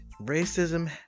racism